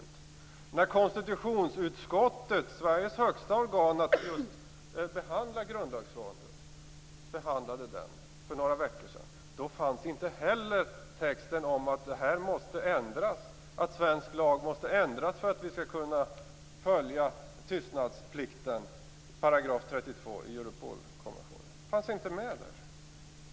Inte heller när konstitutionsutskottet, Sveriges högsta organ för behandling av just grundlagsfrågor, för några veckor sedan hade sin behandling fanns texten med om att svensk lag måste ändras för att vi skall kunna följa 32 § i Europolkonventionen som handlar om tystnadsplikten.